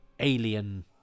Alien